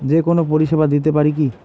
যে কোনো পরিষেবা দিতে পারি কি?